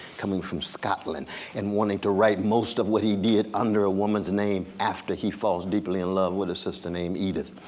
coming from scotland and wanting to write most of what he did under a woman's name after he falls deeply in love with a sister named edith,